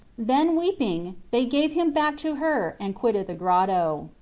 then, weeping, they gave him back to her and quitted the grotto.